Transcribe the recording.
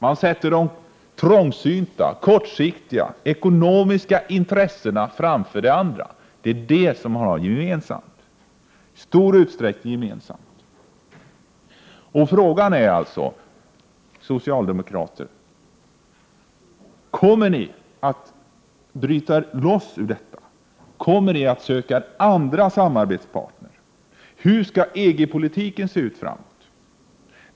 Man sätter de trångsynta, kortsiktiga ekonomiska intressena framför de andra. Det är det som man i stor utsträckning har gemensamt. Frågan är alltså, socialdemokrater: Kommer ni att bryta er loss ur detta? Kommer ni att söka andra samarbetspartner? Hur skall EG-politiken se ut framöver?